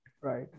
right